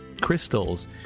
crystals